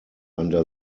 under